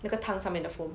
那个汤上面的 foam